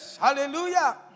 Hallelujah